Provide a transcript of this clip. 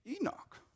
Enoch